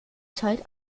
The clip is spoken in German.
zeit